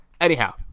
anyhow